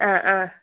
ആ ആ